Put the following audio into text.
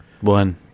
One